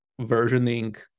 versioning